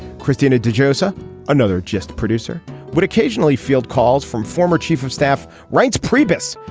christina de josiah another just producer would occasionally field calls from former chief of staff writes priebus.